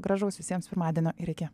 gražaus visiems pirmadienio ir iki